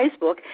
facebook